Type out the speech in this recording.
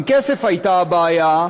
אם כסף היה הבעיה,